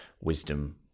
wisdom